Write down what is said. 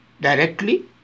directly